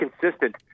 consistent